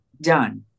done